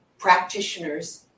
practitioners